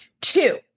Two